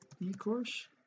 e-course